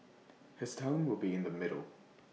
his tone will be in the middle